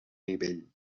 nivell